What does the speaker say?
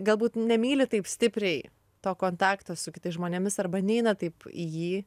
galbūt nemyli taip stipriai to kontakto su kitais žmonėmis arba neina taip į jį